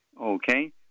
Okay